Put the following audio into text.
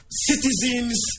citizens